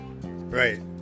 Right